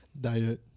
Diet